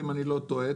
אם אני לא טועה,